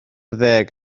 ddeg